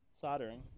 soldering